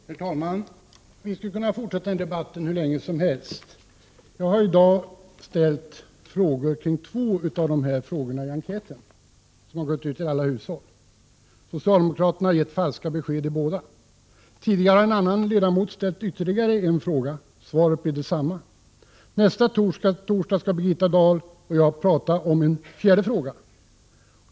Herr talman! Vi skulle kunna fortsätta den här debatten hur länge som helst. Jag har i dag frågat beträffande två av frågorna i den enkät som har gått ut till alla hushåll. Socialdemokraterna har gett falska besked i båda dessa frågor. Tidigare har en annan ledamot ställt ytterligare en fråga. Svaret blev detsamma. Nästa torsdag skall Birgitta Dahl och jag tala om en fjärde fråga.